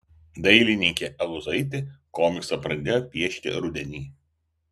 dailininkė aluzaitė komiksą pradėjo piešti rudenį